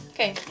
Okay